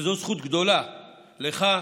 וזו זכות גדולה לך,